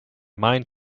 mind